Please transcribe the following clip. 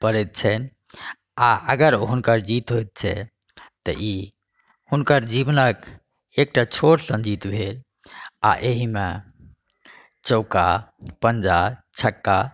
पड़ैत छनि आ अगर हुनकर जीत होइत छै तऽ ई हुनकर जीवनक एकटा छोट सन जीत भेल आ एहिमे चौका पँजा छक्का